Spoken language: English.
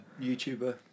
YouTuber